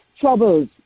troubles